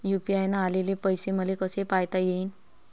UPI न आलेले पैसे मले कसे पायता येईन?